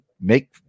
make